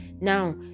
now